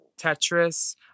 Tetris